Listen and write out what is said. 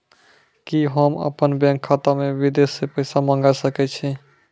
कि होम अपन बैंक खाता मे विदेश से पैसा मंगाय सकै छी?